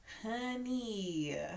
Honey